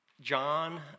John